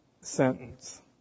sentence